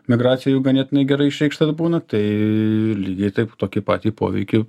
migracija jų ganėtinai gerai išreikšta būna tai lygiai taip tokį patį poveikį